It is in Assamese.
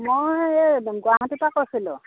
মই এই গুৱাহাটী পা কৈছিলোঁ